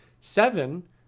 seven